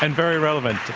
and very relevant.